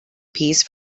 piece